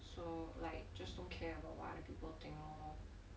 so like just don't care about what other people think lor